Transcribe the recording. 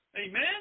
Amen